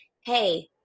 hey